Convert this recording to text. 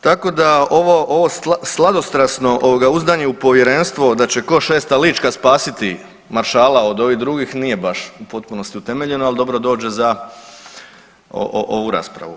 Tako da ovo sladostrasno uzdanje u povjerenstvo da će ko' šesta lička spasiti maršala od ovih drugih nije baš u potpunosti utemeljeno ali dobro dođe za ovu raspravu.